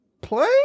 play